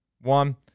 one